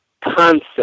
concept